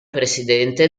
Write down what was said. presidente